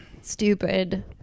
stupid